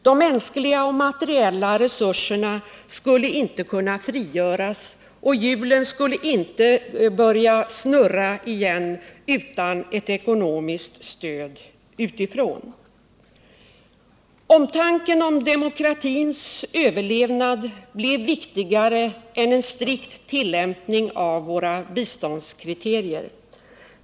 De mänskliga och materiella resurserna skulle inte kunna frigöras, och hjulen skulle inte kunna börja snurra igen utan ett ekonomiskt stöd utifrån. Omtanken om demokratins överlevnad blev viktigare än en strikt tillämpning av våra biståndskriterier.